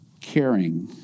caring